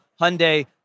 Hyundai